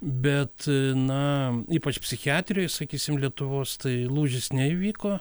bet na ypač psichiatrijoj sakysim lietuvos tai lūžis neįvyko